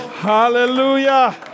Hallelujah